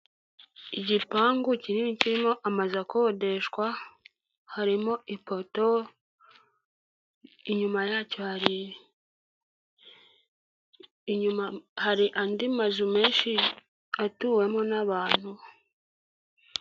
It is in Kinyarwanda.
Igipangu kinini kirimo amazu akodeshwa, harimo ipoto, inyuma yacyo hari inyuma hari andi mazu menshi atuwemo n'abantu.